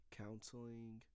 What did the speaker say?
counseling